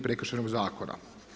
Prekršajnog zakona.